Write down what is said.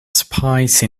spice